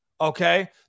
okay